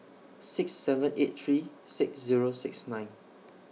six seven eight three six Zero six nine